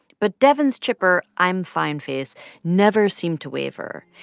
but devyn's chipper i'm-fine face never seemed to waver.